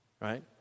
Right